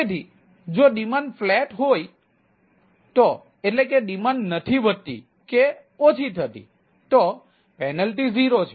તેથી જો demand flat હોય તો એટલે કે ડિમાન્ડ નથી વધતી કે ઓછી થતી તો પેનલ્ટી 0 છે